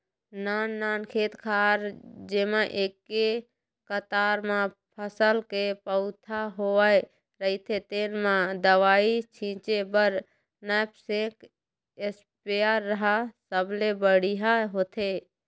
नाननान खेत खार जेमा एके कतार म फसल के पउधा बोवाए रहिथे तेन म दवई छिंचे बर नैपसेक इस्पेयर ह सबले बड़िहा होथे